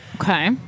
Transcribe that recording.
Okay